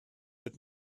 but